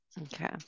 okay